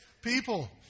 people